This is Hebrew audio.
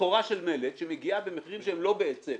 סחורה של מלט שמגיעה במחירים שהם לא בהיצף